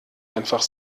einfach